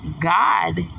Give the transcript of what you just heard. God